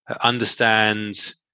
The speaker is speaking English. understand